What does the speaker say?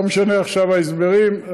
לא משנה עכשיו ההסברים.